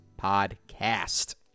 Podcast